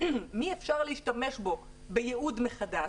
במי אפשר להשתמש בייעוד מחדש,